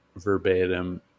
Verbatim